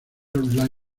royal